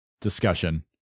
discussion